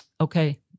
okay